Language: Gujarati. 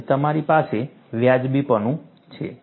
અને તમારી પાસે વાજબીપણું છે